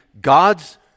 God's